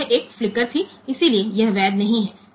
તેથી તે એક ફ્લિકર હતું અને તે માન્ય બીટ નથી